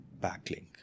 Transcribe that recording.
backlink